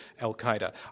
Al-Qaeda